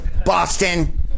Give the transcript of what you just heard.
Boston